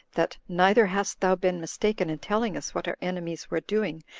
that neither hast thou been mistaken in telling us what our enemies were doing,